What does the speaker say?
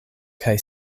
kaj